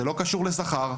זה לא קשור לשכר,